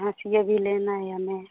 हँसिया भी लेना है हमें